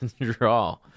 draw